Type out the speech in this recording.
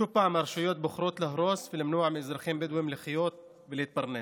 שוב הרשויות בוחרות להרוס ולמנוע מהאזרחים הבדואים לחיות ולהתפרנס.